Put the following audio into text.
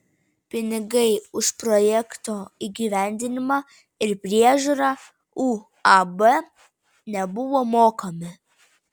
pinigai už projekto įgyvendinimą ir priežiūrą uab nebuvo mokami